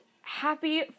happy